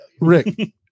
Rick